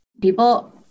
people